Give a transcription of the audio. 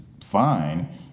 fine